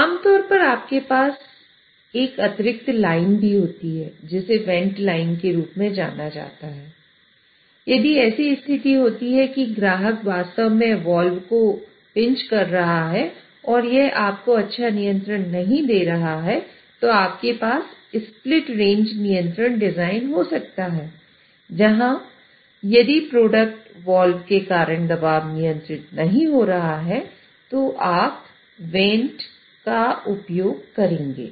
आमतौर पर आपके पास एक अतिरिक्त लाइन भी होती है जिसे वेंट लाइन का उपयोग करेंगे